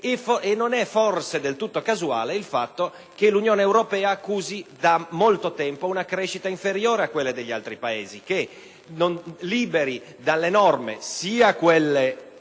E forse non è del tutto casuale il fatto che l'Unione europea accusi da molto tempo una crescita inferiore a quella di altri Paesi, che trovandosi liberi dalle norme imposte